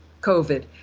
COVID